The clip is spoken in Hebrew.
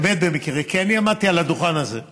באמת במקרה, כי אני עמדתי על הדוכן הזה לפני,